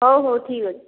ହେଉ ହେଉ ଠିକ ଅଛି